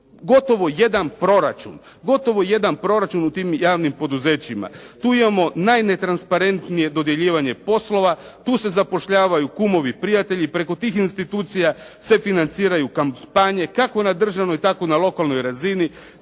gotovo jedan proračun u tim javnim poduzećima. Tu imamo najnetransparentnije dodjeljivanje poslova, tu se zapošljavaju kumovi i prijatelji, preko tih institucija se financiraju kampanje, kako na državnoj, tako na lokalnoj razini,